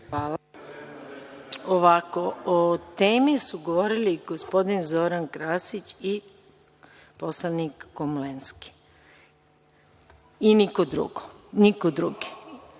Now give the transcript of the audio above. Ovako, o temi su govorili gospodin Zoran Krasić i poslanik Komlenski i niko drugi.